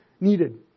needed